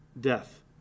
death